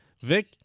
Vic